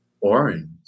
orange